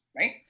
right